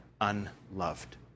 unloved